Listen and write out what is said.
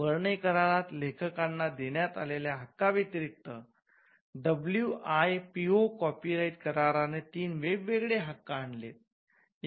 Berne करारात लेखकांना देण्यात आलेल्या हक्का व्यतिरिक्त डब्ल्यूआयपीओ कॉपीराइट कराराने तीन वेगवेगळे हक्क आणलेत